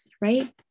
right